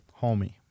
Homie